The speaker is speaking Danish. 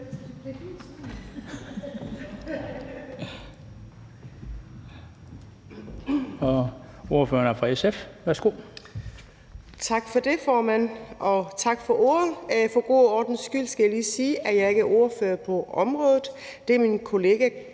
Tak for det, formand. For en god ordens skyld skal jeg lige sige, at jeg ikke er ordfører på området – det er min kollega